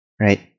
right